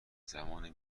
زمان